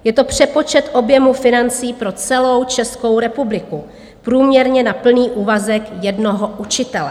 Je to přepočet objemu financí pro celou Českou republiku, průměrně na plný úvazek jednoho učitele.